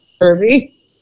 Irby